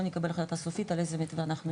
נקבל החלטה סופית על איזה מתווה אנחנו נלך,